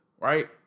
right